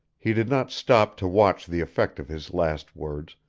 he did not stop to watch the effect of his last words,